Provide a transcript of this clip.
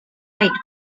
fight